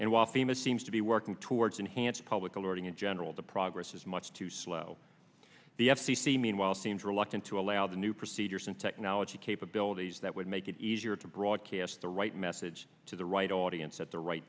and while fema seems to be working towards enhanced public alerting in general the progress is much too slow the f c c meanwhile seems reluctant to allow the new procedures and technology capabilities that would make it easier to broadcast the right message to the right audience at the right